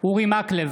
אורי מקלב,